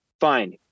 fine